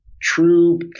true